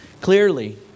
Clearly